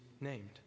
named